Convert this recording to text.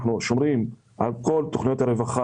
אנחנו שומרים על כל תכניות הרווחה